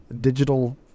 digital